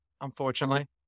unfortunately